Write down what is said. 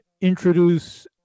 introduce